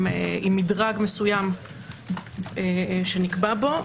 עם מדרג מסוים שנקבע בו,